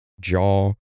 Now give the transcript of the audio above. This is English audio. jaw